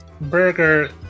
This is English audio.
burger